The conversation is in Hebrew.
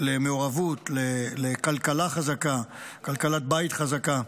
למעורבות, לכלכלה חזקה, לכלכלת בית חזקה,